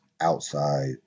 outside